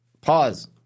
Pause